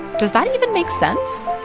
does that even make sense?